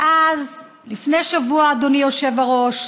ואז, לפני שבוע, אדוני היושב-ראש,